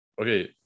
okay